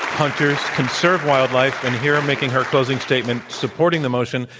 hunters conserve wildlife. and here and making her closing statement, supporting the motion,